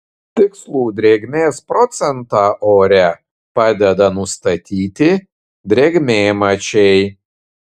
tikslų drėgmės procentą ore padeda nustatyti drėgmėmačiai